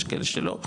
יש כאלה שלא,